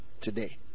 today